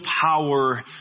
power